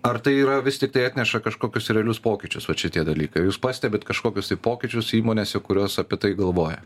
ar tai yra vis tiktai atneša kažkokius realius pokyčius vat šitie dalykai jūs pastebit kažkokius tai pokyčius įmonėse kurios apie tai galvoja